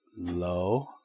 Low